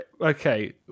Okay